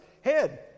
head